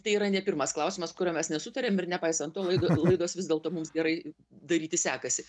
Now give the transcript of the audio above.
tai yra ne pirmas klausimas kurio mes nesutarėm ir nepaisant to laido laidos vis dėlto mums gerai daryti sekasi